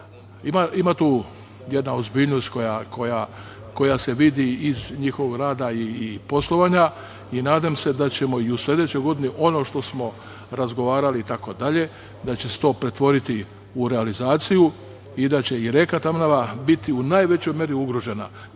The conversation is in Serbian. tu jedna ozbiljnost koja se vidi iz njihovog rada i poslovanja. Nadam se da ćemo u sledećoj godini, ono što smo razgovarali, da će se to pretvoriti u realizaciju i da će reka Tamnava biti u najvećoj meri ugrožena. Mi